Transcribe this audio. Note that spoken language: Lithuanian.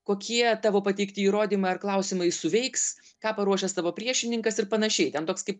kokie tavo pateikti įrodymai ar klausimai suveiks ką paruošęs tavo priešininkas ir panašiai ten toks kaip